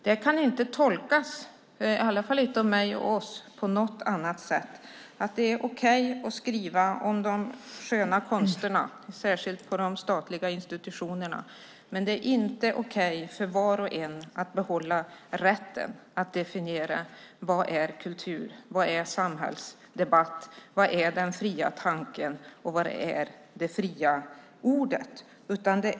Jag kan inte tolka det på annat sätt än att det är okej att skriva om de sköna konsterna - särskilt på de statliga institutionerna - men det är inte okej för var och en att behålla rätten att definiera vad som är kultur, vad som är samhällsdebatt, vad som är den fria tanken och vad som är det fria ordet.